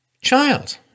child